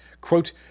Quote